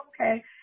okay